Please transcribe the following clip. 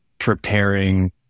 preparing